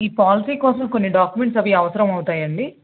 ఈ పాలసీ కోసం కొన్ని డాక్యుమెంట్స్ అవి అవసరమవుతాయండి